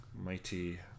mighty